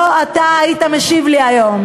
לא אתה היית משיב לי היום,